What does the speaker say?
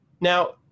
now